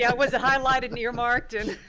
yeah was it highlighted and earmarked and